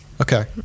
Okay